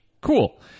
cool